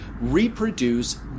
reproduce